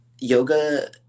yoga